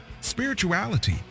spirituality